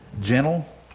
Gentle